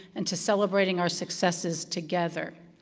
and to celebrating our successes together.